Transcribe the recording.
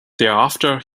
thereafter